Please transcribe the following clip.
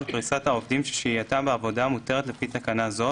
לפריסת העובדים ששהייתם בעבודה מותרת לפי תקנה זו,